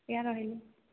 ଆଜ୍ଞା ରହିଲି